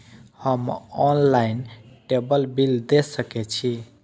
हम online table bill दे सके छी?